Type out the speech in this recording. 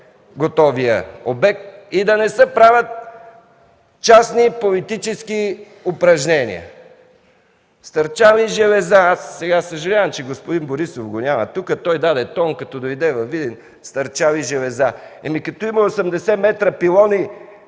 готовия обект, и да не се правят частни и политически упражнения. Стърчали железа. Съжалявам, че господин Борисов го няма. Той даде тон като дойде във Видин – стърчали железа. Ами като има 80 м пилони,